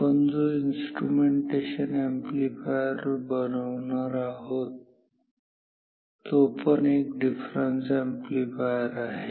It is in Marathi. आपण जो इन्स्ट्रुमेंटेशन अॅम्प्लीफायर बनवणार आहोत तो पण एक डिफरन्स अॅम्प्लीफायर आहे